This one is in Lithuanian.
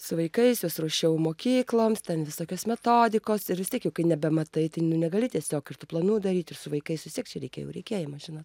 su vaikais juos ruošiau mokykloms ten visokios metodikos ir vis tiek kai jau nebematai tai nu negali tiesiog ir tų planų daryt ir su vaikais vis tiek čia jau reikia regėjimo žinot